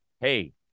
Hey